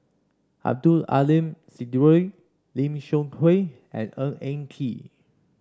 Abdul Aleem Siddique Lim Seok Hui and Ng Eng Kee